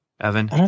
Evan